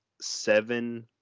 seven